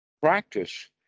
practice